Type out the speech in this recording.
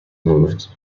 moved